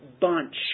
bunch